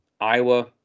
Iowa